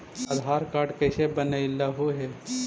आधार card कईसे बनैलहु हे?